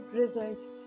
results